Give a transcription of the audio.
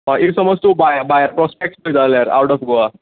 if समज तूं भायर भायर वचपा पयता जाल्यार आवट ऑफ गोवा